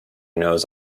knows